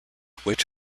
which